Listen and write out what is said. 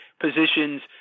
positions